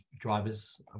drivers